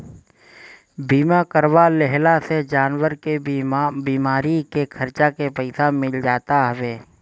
बीमा करवा लेहला से जानवर के बीमारी के खर्चा के पईसा मिल जात हवे